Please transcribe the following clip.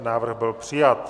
Návrh byl přijat.